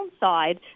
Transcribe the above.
downside